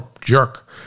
jerk